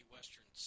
Western